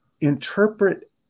interpret